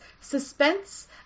suspense